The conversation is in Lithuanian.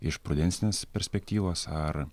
iš prudensinės perspektyvos ar